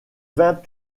vint